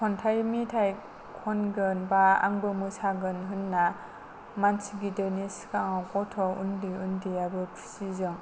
खन्थाइ मेथाइ खनगोन बा आंबो मोसागोन होनना मानसि गिदिरनि सिगाङाव गथ' उन्दै उन्दैआबो खुसि जों